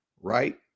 right